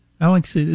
Alex